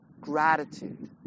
gratitude